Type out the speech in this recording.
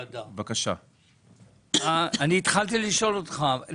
אני התחלתי לשאול אותך,